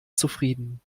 zufrieden